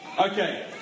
Okay